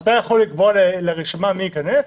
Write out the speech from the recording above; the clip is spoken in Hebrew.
אתה יכול לקבוע לרשימה מי ייכנס?